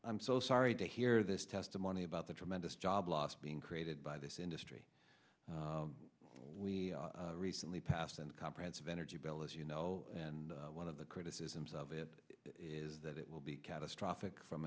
i'm so sorry to hear this testimony about the tremendous job loss being created by this industry we recently passed on comprehensive energy bill as you know and one of the criticisms of it is that it will be catastrophic from